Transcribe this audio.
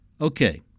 Okay